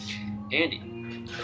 Andy